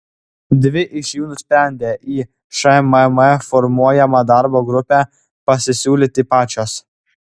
dvi iš jų nusprendė į šmm formuojamą darbo grupę pasisiūlyti pačios